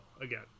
again